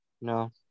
no